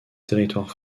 territoire